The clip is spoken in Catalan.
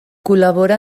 col·labora